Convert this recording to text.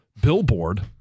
billboard